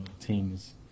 teams